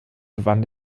gewann